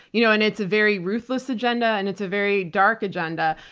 you know and it's a very ruthless agenda. and it's a very dark agenda.